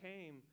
came